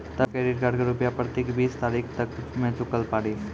तब credit card के रूपिया प्रतीक बीस तारीख तक मे चुकल पड़ी?